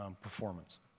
performance